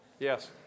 Yes